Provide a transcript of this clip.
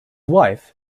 wife